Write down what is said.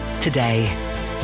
Today